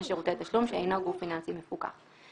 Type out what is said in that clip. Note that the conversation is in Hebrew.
שירותי תשלום שאינו גוף פיננסי מפוקח.